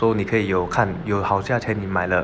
so 你可以有看有好价钱你买了